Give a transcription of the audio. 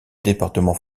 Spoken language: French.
département